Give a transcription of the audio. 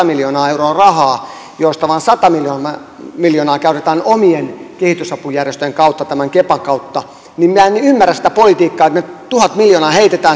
miljoonaa euroa rahaa joista vain sata miljoonaa käytetään omien kehitysapujärjestöjen kautta kepan kautta niin minä en ymmärrä sitä politiikkaa että me tuhat miljoonaa heitämme